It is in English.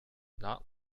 not